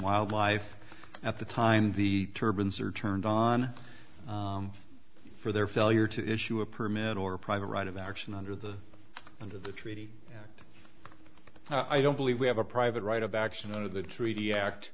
wildlife at the time the turbans are turned on for their failure to issue a permit or private right of action under the under the treaty act i don't believe we have a private right of action under the treaty act